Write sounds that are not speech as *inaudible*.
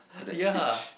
*laughs* ya